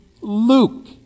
Luke